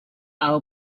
our